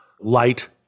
light